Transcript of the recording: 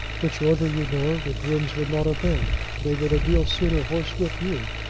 which order, you know, the grooms would not obey. they would a deal sooner horsewhip you.